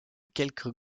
quelques